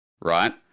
Right